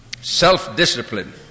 self-discipline